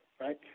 right